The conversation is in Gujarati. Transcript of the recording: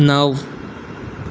નવ